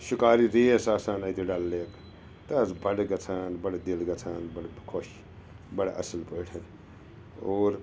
شِکارِ ریس آسان اَتہِ ڈَل لیک تہٕ حظ بَڑٕ گَژھان بَڑٕ دِل گَژھان بَڑٕ خوش بَڑٕ اَصٕل پٲٹھۍ اور